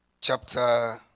chapter